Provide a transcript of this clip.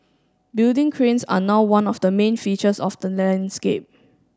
building cranes are now one of the main features of the landscape